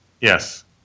Yes